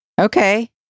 Okay